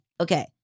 okay